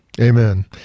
Amen